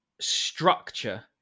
structure